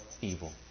evil